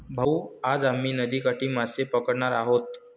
भाऊ, आज आम्ही नदीकाठी मासे पकडणार आहोत